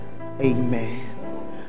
Amen